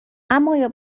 اما